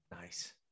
Nice